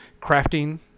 crafting